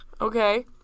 Okay